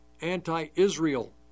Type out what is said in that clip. anti-Israel